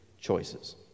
choices